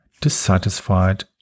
dissatisfied